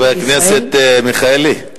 חברת הכנסת מיכאלי,